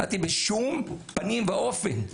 אמרתי, בשום פנים ואופן.